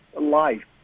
life